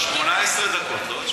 אנחנו מעמיקים, 18 דקות.